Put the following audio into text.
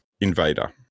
Invader